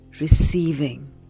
receiving